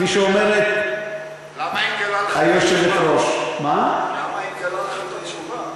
כפי שאומרת, למה היא מגלה לך את התשובה?